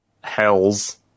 Hells